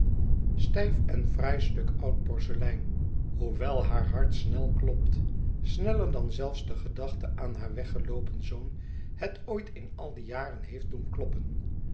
huis fraai stuk oud porselein hoewel haar hart snel klopt sneller dan zelfs de gedachte aan haar weggeloopen zoon het ooit in al die jaren heeft doen kloppen